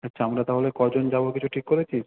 আচ্ছা আমরা তাহলে কজন যাব কিছু ঠিক করেছিস